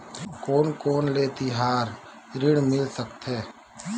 कोन कोन ले तिहार ऋण मिल सकथे?